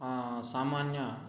सामान्य